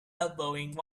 elbowing